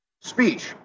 speech